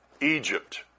Egypt